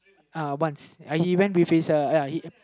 uh once he went with his uh